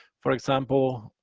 for example,